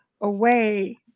away